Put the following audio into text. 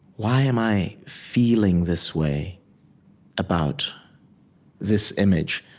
why am i feeling this way about this image?